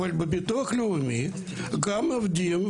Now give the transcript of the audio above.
אבל בביטוח לאומי גם העובדים,